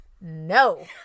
no